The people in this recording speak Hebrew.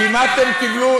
כמעט הם קיבלו,